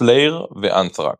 סלייר ואנת'רקס.